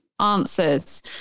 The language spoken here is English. answers